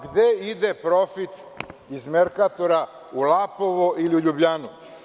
Gde ide profit iz Merkatora, u Lapovo ili u Ljubljanu?